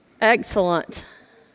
Excellent